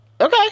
Okay